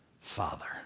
father